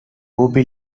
rugby